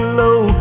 low